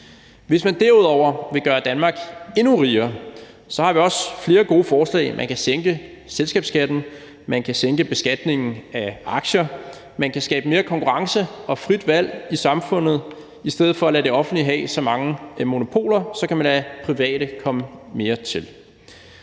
Hvis man derudover vil gøre Danmark endnu rigere, har vi også flere gode forslag: Man kan sænke selskabsskatten, man kan sænke beskatningen af aktier, man kan skabe mere konkurrence og frit valg i samfundet. I stedet for at lade det offentlig have så mange monopoler kan man lade private komme mere til.